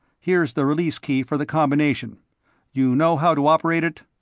here's the release key for the combination you know how to operate it?